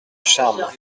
charmes